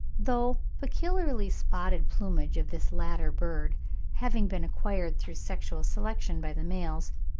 though peculiarly spotted plumage of this latter bird having been acquired through sexual selection by the males,